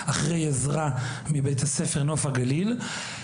אחרי עזרה מבית הספר נוף הגליל.